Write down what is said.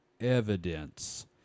evidence